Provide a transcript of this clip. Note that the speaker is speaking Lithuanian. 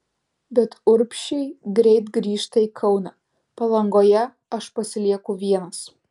bet urbšiai greit grįžta į kauną palangoje aš pasilieku vienas